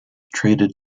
traded